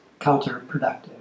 counterproductive